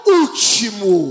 último